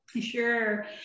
Sure